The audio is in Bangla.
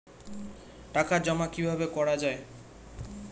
টাকা জমা কিভাবে করা য়ায়?